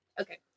Okay